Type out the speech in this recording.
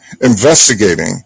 investigating